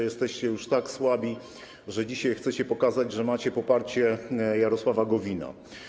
Jesteście już tak słabi, że dzisiaj chcecie pokazać, że macie poparcie Jarosława Gowina.